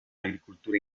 agricultura